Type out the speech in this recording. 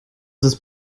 ist